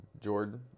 Jordan